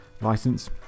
license